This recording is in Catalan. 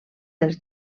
dels